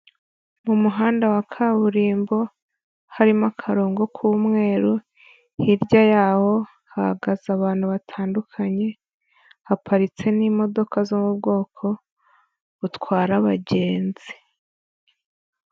Mu muhanda wa kaburimbo, harimo akarongo k'umweru, hirya yawo hahagaze abantu batandukanye, haparitse n'imodoka zo mu bwoko butwara abagenzi.